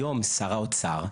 היום שר האוצר,